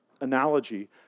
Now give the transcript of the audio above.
analogy